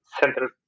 central